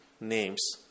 names